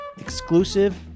exclusive